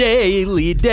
Daily